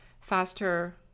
faster